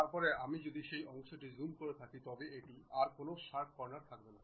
তারপরে যদি আমরা সেই অংশটি জুম করে থাকি তবে এটি আর কোনও শার্প কর্নার থাকবে না